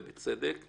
ובצדק,